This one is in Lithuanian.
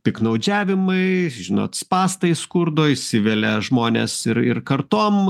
piktnaudžiavimai žinot spąstai skurdo įsivelia žmonės ir ir kartom